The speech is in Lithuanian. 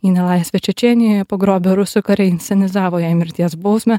į nelaisvę čečėnijoje pagrobę rusų kariai inscenizavo jai mirties bausmę